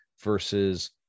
versus